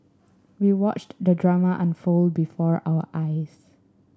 we watched the drama unfold before our eyes